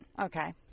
Okay